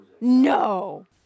No